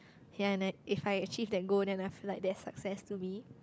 ya and then if I achieve that goal then I feel like that is success to me